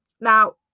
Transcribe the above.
now